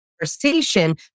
conversation